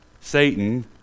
Satan